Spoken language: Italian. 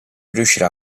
riuscirà